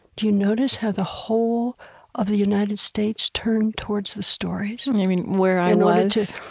do you notice how the whole of the united states turned towards the stories? and you mean, where i was,